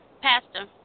Pastor